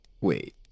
wait